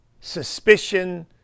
suspicion